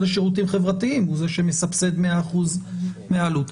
לשירותים חברתיים הוא זה שמסבסד מאה אחוזים מהעלות.